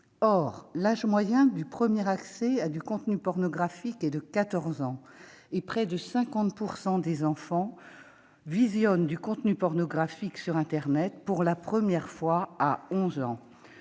Or l'âge moyen du premier accès à du contenu pornographique est de 14 ans et près de 50 % des enfants visionnent du contenu pornographique sur internet pour la première fois à 11 ans.